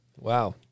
Wow